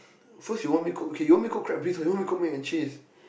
first you want me cook okay you want me cook crab bisque or you want to cook mac and cheese